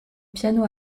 piano